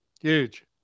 Huge